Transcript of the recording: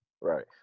right